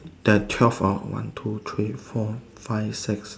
the twelve floor one two three four five six